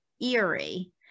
eerie